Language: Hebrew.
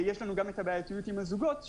יש את הבעייתיות עם הזוגות,